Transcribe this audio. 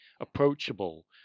approachable